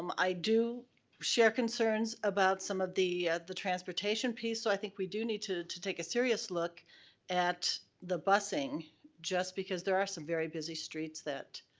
um i do share concerns about some of the the transportation piece so i think we do need to to take a serious look at the busing just because there are some very busy streets that